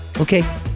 Okay